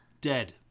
dead